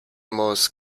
muss